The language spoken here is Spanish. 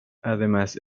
además